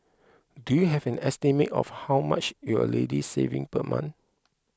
do you have an estimate of how much you're already saving per month